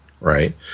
Right